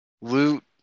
loot